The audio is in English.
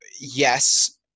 yes